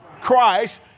Christ